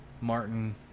Martin